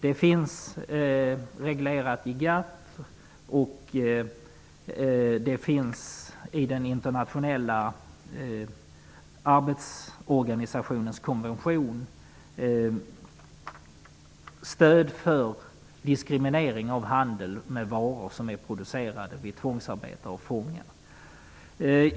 Det finns reglerat i GATT, och i den internationella arbetsorganisationens konvention finns det stöd för diskriminering av handel med varor som är producerade av fångar i tvångsarbete.